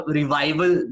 revival